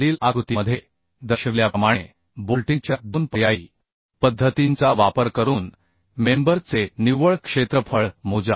खालील आकृतीमध्ये दर्शविल्याप्रमाणे बोल्टिंगच्या दोन पर्यायी पद्धतींचा वापर करून मेंबर चे निव्वळ क्षेत्रफळ मोजा